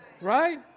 right